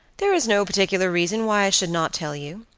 there is no particular reason why i should not tell you.